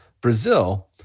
Brazil